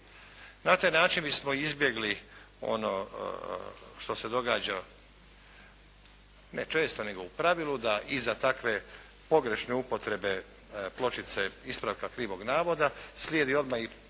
Na taj način bismo izbjegli ono što se događa ne često, nego u pravilu da i za takve pogrešne upotrebe pločice ispravka krivog navoda slijedi odmah i pločica